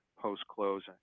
post-closing